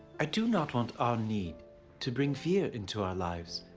i do not want our need to bring fear into our lives.